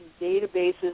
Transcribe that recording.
databases